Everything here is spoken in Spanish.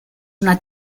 una